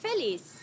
Feliz